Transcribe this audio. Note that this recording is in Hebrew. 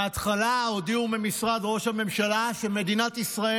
בהתחלה הודיעו ממשרד ראש הממשלה שמדינת ישראל